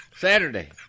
Saturday